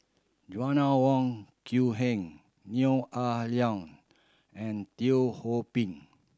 Joanna Wong Quee Heng Neo Ah Luan and Teo Ho Pin